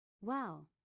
Wow